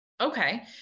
Okay